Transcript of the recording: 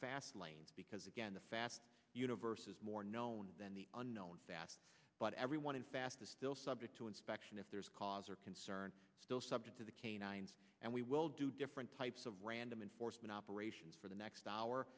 fast lane because again the fast universe is more known than the unknown but everyone in fast is still subject to inspection if there is cause or concern still subject to the canines and we will do different types of random enforcement operations for the next hour